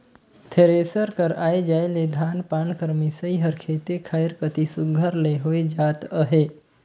thresher कर आए जाए ले धान पान कर मिसई हर खेते खाएर कती सुग्घर ले होए जात अहे